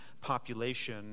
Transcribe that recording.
population